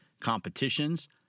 competitions